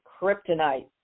kryptonite